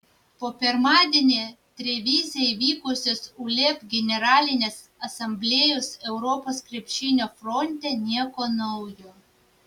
po pirmadienį trevize įvykusios uleb generalinės asamblėjos europos krepšinio fronte nieko naujo